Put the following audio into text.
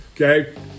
okay